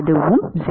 அதுவும் 0